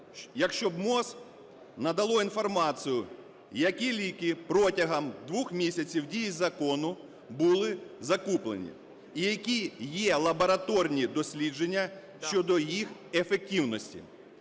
якщо б МОЗ надало інформацію, які ліки протягом двох місяців дії закону були закуплені і які є лабораторні дослідження щодо їх ефективності.